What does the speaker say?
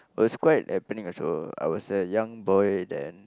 was quite happening also I was a young boy then